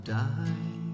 die